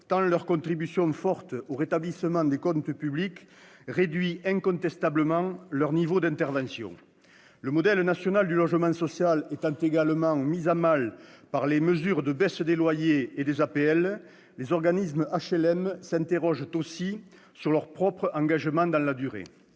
tant leur contribution forte au rétablissement des comptes publics réduit incontestablement leur niveau d'intervention. Le modèle national du logement social étant également mis à mal par les mesures de baisse des loyers et des APL, les organismes d'HLM s'interrogent aussi sur leur propre engagement dans la durée.